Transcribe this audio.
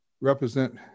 represent